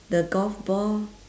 the golf ball